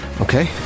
okay